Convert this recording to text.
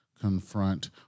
confront